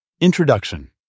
Introduction